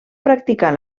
practicar